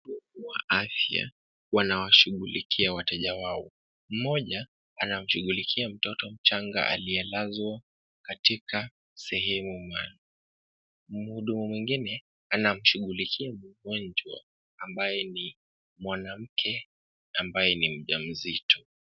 Wahudumu wa afya wanawashughulikia wateja wao. Mmoja anamshughulikia mtoto mchanga aliyelazwa katika sehemu maalum. Mhudumu mwingine anamshughulikia mgonjwa ambaye ni mwanamke ambaye ni mjamzito.